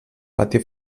patí